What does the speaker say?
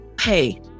Hey